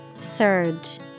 Surge